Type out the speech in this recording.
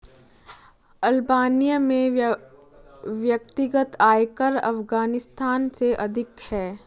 Albania में व्यक्तिगत आयकर अफ़ग़ानिस्तान से अधिक है